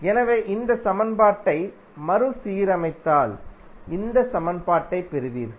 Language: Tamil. எனவே இந்த சமன்பாட்டை மறுசீரமைத்தால் இந்த சமன்பாட்டைப் பெறுவீர்கள்